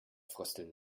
frösteln